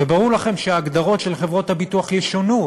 וברור לכם שההגדרות של חברות הביטוח ישונו,